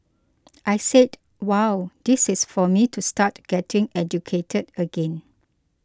I said wow this is for me to start getting educated again